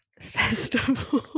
Festival